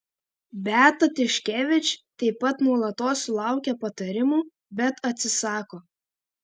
beata tiškevič taip pat nuolatos sulaukia patarimų bet atsisako